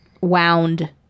wound